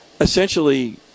essentially